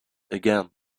again